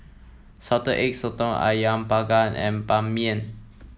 Salted Egg Sotong ayam panggang and Ban Mian